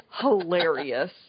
hilarious